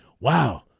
wow